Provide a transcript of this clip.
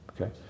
okay